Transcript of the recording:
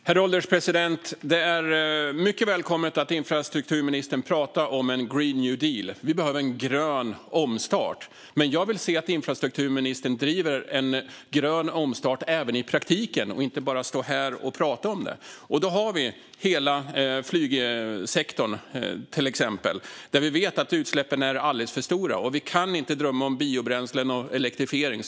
Herr ålderspresident! Det är mycket välkommet att infrastrukturministern pratar om en green new deal. Vi behöver en grön omstart. Men jag vill se att infrastrukturministern driver en grön omstart även i praktiken och inte bara står här och pratar om det. Då har vi hela flygsektorn, till exempel, där vi vet att utsläppen är alldeles för stora. Och vi kan inte drömma om biobränslen och elektrifiering.